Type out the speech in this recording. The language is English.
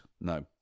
No